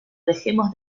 dejemos